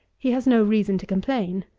he has no reason to complain.